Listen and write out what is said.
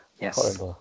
Yes